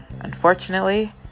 unfortunately